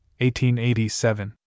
1887